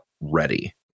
ready